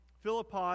Philippi